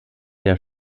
der